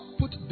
put